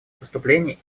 поступлений